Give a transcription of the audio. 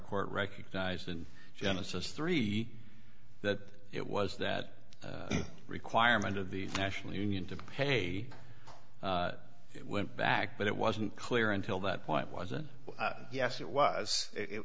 court recognized in genesis three that it was that requirement of the national union to pay it went back but it wasn't clear until that point wasn't yes it was it